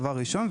דבר ראשון,